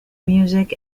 music